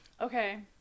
Okay